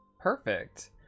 perfect